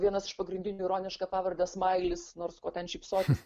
vienas iš pagrindinių ironiška pavarde smailis nors ko ten šypsotis